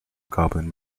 goblin